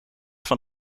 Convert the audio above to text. van